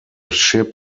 ship